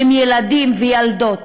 ילדים וילדות